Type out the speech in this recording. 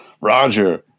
Roger